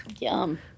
Yum